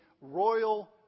royal